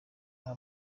aha